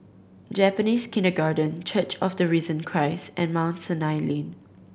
Japanese Kindergarten Church of the Risen Christ and Mount Sinai Lane